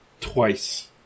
twice